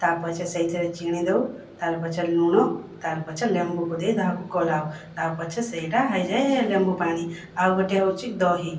ତା' ପଛେ ସେହିଥିରେ ଚିନି ଦେଉ ତାର ପଛରେ ଲୁଣ ତାର ପଛରେ ଲେମ୍ବୁକୁ ଦେଇ ତାହାକୁ ଗୋଳାଉ ତା' ପଛେ ସେଇଟା ହୋଇଯାଏ ଲେମ୍ବୁପାଣି ଆଉ ଗୋଟେ ହେଉଛି ଦହି